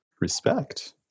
Respect